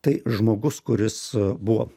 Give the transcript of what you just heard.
tai žmogus kuris buvo